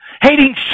Hating